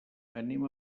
anem